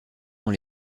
dans